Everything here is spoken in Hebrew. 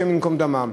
השם ייקום דמם,